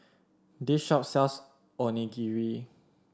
this shop sells Onigiri